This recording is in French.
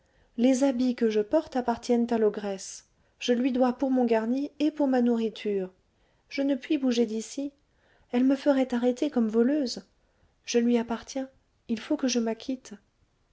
les habits que je porte appartiennent à l'ogresse je lui dois pour mon garni et pour ma nourriture je ne puis bouger d'ici elle me ferait arrêter comme voleuse je lui appartiens il faut que je